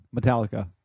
Metallica